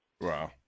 Wow